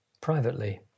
privately